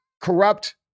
corrupt